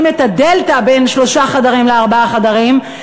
את הדלתא בין שלושה חדרים לארבעה חדרים,